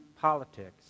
politics